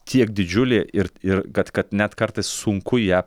tiek didžiulė ir ir kad kad net kartais sunku ją